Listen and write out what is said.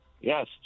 Yes